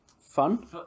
fun